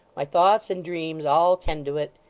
my thoughts and dreams all tend to it,